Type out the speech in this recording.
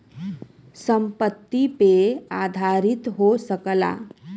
संपत्ति पे आधारित हो सकला